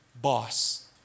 boss